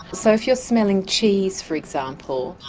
so if you're smelling cheese, for example,